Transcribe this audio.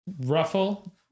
Ruffle